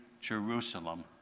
Jerusalem